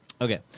Okay